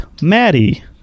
Maddie